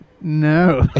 No